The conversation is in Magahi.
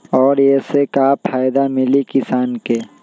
और ये से का फायदा मिली किसान के?